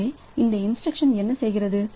எனவே இந்த இன்ஸ்டிரக்ஷன் என்ன செய்கிறது